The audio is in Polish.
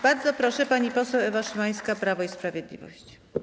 Bardzo proszę, pani poseł Ewa Szymańska, Prawo i Sprawiedliwość.